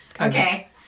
okay